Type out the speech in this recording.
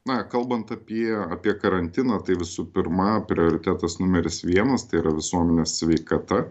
na kalbant apie apie karantiną tai visų pirma prioritetas numeris vienas tai yra visuomenės sveikata